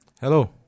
Hello